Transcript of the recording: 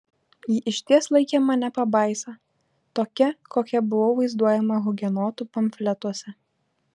ji išties laikė mane pabaisa tokia kokia buvau vaizduojama hugenotų pamfletuose